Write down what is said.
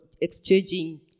exchanging